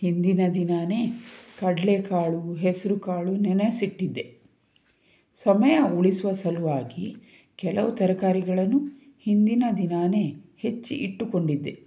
ಹಿಂದಿನ ದಿನವೇ ಕಡಲೆಕಾಳು ಹೆಸರುಕಾಳು ನೆನೆಸಿಟ್ಟಿದ್ದೆ ಸಮಯ ಉಳಿಸುವ ಸಲುವಾಗಿ ಕೆಲವು ತರಕಾರಿಗಳನ್ನು ಹಿಂದಿನ ದಿನವೇ ಹೆಚ್ಚಿ ಇಟ್ಟುಕೊಂಡಿದ್ದೆ